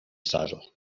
saddle